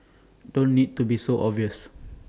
don't need to be so obvious